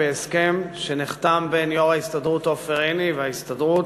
בהסכם שנחתם בין יושב-ראש ההסתדרות עופר עיני וההסתדרות